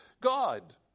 God